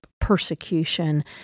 persecution